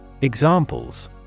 Examples